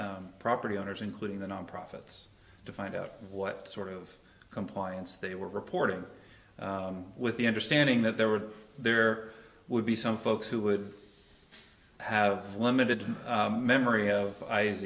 the property owners including the non profits to find out what sort of compliance they were reported with the understanding that there were there would be some folks who would have limited memory of